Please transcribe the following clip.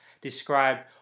described